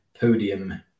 podium